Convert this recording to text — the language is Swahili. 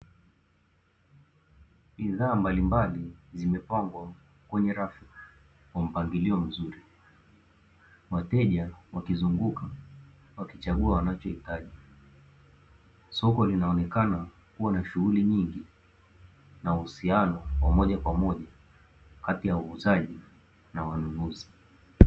Bidhaa mbalimbali zimepangwa kwenye rafu kwa mpangilio mzuri, wateja wakizunguka na wakichagua wanachokihitaji, soko linaonekana kuwa na shughuli nyingi, na uhusiano wa moja kwa moja kati ya wauzaji na wanunuzi.